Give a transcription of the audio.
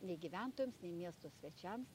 nei gyventojams nei miesto svečiams